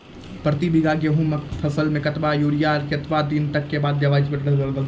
प्रति बीघा गेहूँमक फसल मे कतबा यूरिया कतवा दिनऽक बाद देवाक चाही?